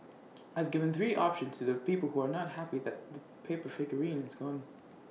I've given three options to the people who are not happy that the paper figurine is gone